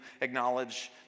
acknowledge